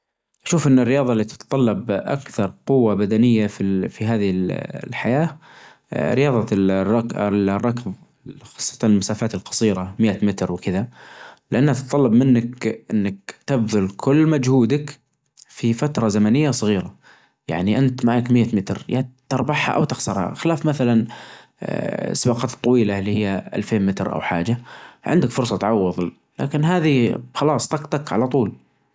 والله أشوف أنه يعنى بيت سمبل بسيط، حديقة صغيرة دورين، دور مثلا لل-للنوم ودور للمعيشة، دور فقط مخصص للنوم الدور العلوى هذا فقط مخصص للنوم، الدور الأرضى للمعيشة للمطبخ وللحياة وللتليفزيون، يكون فيه مثلا ألعاب أو بلايستيشن أو شي، يكون فيه مساحة واسعة عشان أچلس.